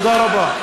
תודה רבה.